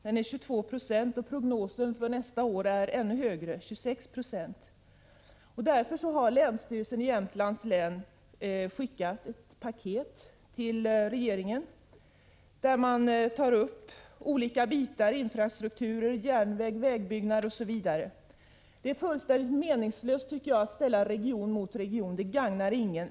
Den är 22 26, och prognosen för nästa år är ännu högre, 26 20. Därför har länsstyrelsen i Jämtlands län skickat ett paket till regeringen där man tar upp olika områden: infrastruktur, järnväg, vägbyggnad, osv. Det är fullständigt meningslöst att ställa region mot region, för det gagnar ingen.